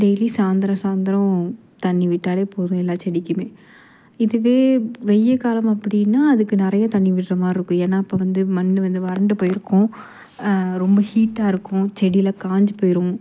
daily சாய்ந்திரம் சாய்ந்தரோம் தண்ணி விட்டால் போதும் எல்லா செடிக்கும் இதுவே வெயில் காலம் அப்படின்னா அதுக்கு நிறைய தண்ணி விடுற மாதிரி இருக்கும் ஏன்னா அப்போ வந்து மண் வந்து வறண்டு போயிருக்கும் ரொம்ப ஹீட்டாக இருக்கும் செடிலாம் காய்ஞ்சி போயிடும்